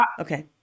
okay